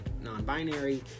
non-binary